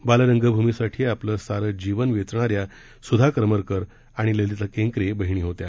बालरंगभूमीसाठी आपलं सारं जीवन वेचणा या सुधा करमरकर आणि ललिता केंकरे या बहिणी होत्या